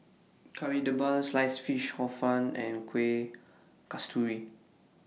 Kari Debal Sliced Fish Hor Fun and Kueh Kasturi